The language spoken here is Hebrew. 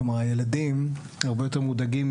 כלומר הילדים הרבה יותר מודאגים,